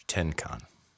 Tenkan